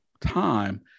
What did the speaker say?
time